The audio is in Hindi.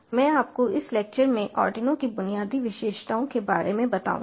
मैं आपको इस लेक्चर में आर्डिनो की बुनियादी विशेषताओं के बारे में बताऊंगा